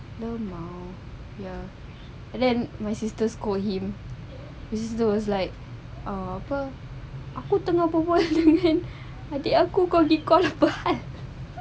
lmao and then my sister scold him my sister was like ah apa aku tengah bual-bual dengan adik aku kau ni call apa hal